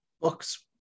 Books